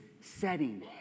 setting